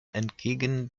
entgegen